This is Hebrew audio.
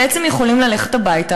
בעצם יכולים ללכת הביתה,